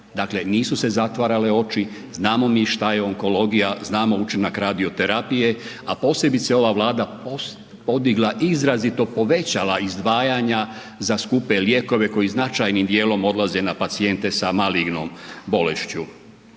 dakle nisu se zatvarale oči, znamo mi šta je onkologija, znamo učinak radioterapije a posebice ova Vlada je podigla i izrazito povećala izdvajanja za skupe lijekove koji značajnim dijelom odlaze na pacijente sa malignom bolešću.